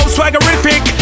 Swaggerific